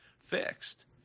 fixed